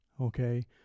okay